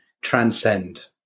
transcend